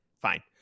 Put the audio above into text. Fine